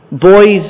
boys